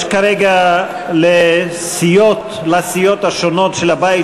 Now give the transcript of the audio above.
יש כרגע לסיעות השונות של הבית